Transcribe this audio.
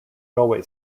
railway